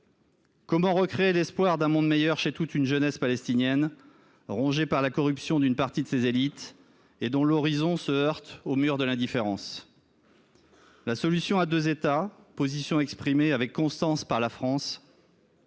Comment recréer l’espoir d’un monde meilleur chez toute une jeunesse palestinienne, rongée par la corruption d’une partie de ses élites et dont l’horizon se heurte aux murs de l’indifférence ? La solution à deux États, position exprimée avec constance par la France,